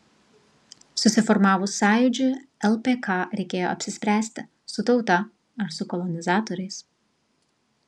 susiformavus sąjūdžiui lpk reikėjo apsispręsti su tauta ar su kolonizatoriais